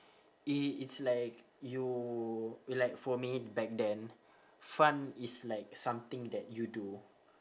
it it's like you will like for me back then fun is like something that you do